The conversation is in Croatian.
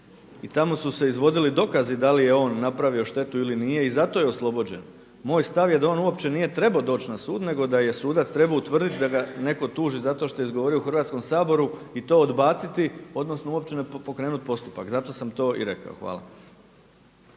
i tamo su se izvodili dokazi da li je on napravio štetu ili nije i zato je oslobođen. Moj stav je da ona uopće nije trebao doći na sud nego da je sudac trebao utvrditi da ga netko tuži za to što je izgovorio u Hrvatskom saboru i to odbaciti odnosno uopće ne pokrenuti postupak, zato sam to i rekao. Hvala.